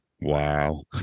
Wow